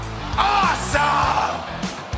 awesome